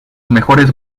mejores